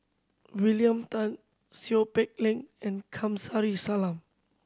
William Tan Seow Peck Leng and Kamsari Salam